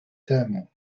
temu